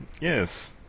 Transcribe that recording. yes